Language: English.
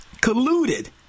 colluded